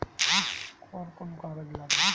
कौन कौन कागज लागी?